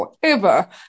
forever